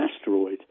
asteroid